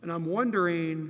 and i'm wondering